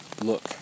look